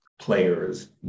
players